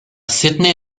sydney